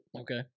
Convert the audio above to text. Okay